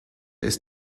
ist